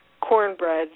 cornbread